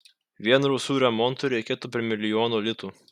vien rūsių remontui reikėtų per milijono litų